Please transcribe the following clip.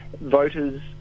voters